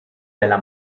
della